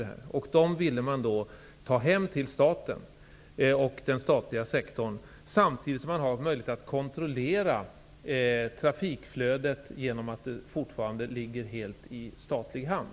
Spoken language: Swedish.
Man ville att dessa vinster skulle gå till staten och den statliga sektorn, samtidigt som man fick möjlighet att kontrollera trafikflödet genom att det hela fortfarande låg under staten.